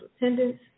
attendance